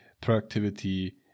productivity